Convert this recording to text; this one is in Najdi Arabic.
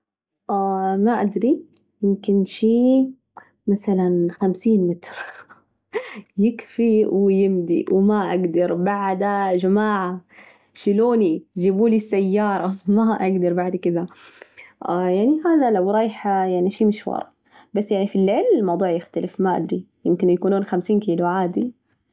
ما أدري، يمكن شي مثلاً خمسين متر يكفي ويمضي وما أقدر بعده، يا جماعة، شيلوني، جيبوا لي السيارة ما أقدر بعد كذا، يعني هذا لو رايحة يعني شي مشوار ، بس يعني في الليل الموضوع يختلف ما أدري؟ يمكن يكونون خمسين كيلو عادي.